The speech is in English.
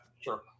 sure